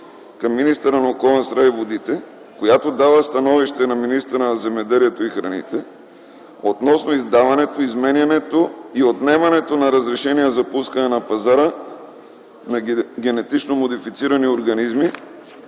към министъра на околната среда и водите, която дава становища на министъра на земеделието и храните относно издаването, изменянето и отнемането на разрешения за пускането на пазара на генетично модифицирани организми,